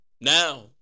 Now